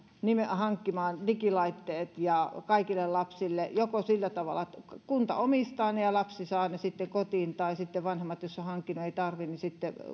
hankkimaan digilaitteet kaikille lapsille joko sillä tavalla että kunta omistaa ne ja lapsi saa ne sitten kotiin tai sitten jos vanhemmat ovat hankkineet niin ei tarvitse sitten